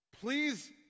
Please